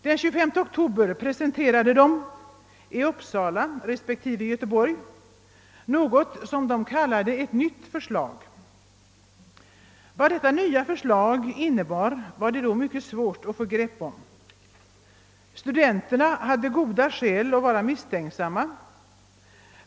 Den 25 oktober presenterade de i Uppsala respektive Göteborg något som de kallade ett nytt förslag. Vad detta nya förslag innebar var det då mycket svårt att få grepp om. Studenterna hade goda skäl att vara misstänksamma.